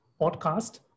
podcast